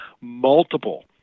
multiple